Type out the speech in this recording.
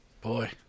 Boy